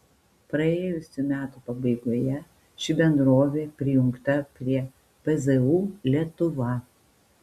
praėjusių metų pabaigoje ši bendrovė prijungta prie pzu lietuva